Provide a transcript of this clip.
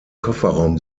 kofferraum